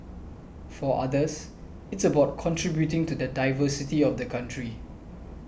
for others it's about contributing to the diversity of the country